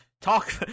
talk